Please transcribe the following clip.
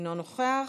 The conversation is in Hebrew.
אינו נוכח,